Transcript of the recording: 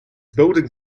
building